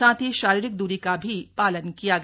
साथ ही शारीरिक द्री का भी पालन किया गया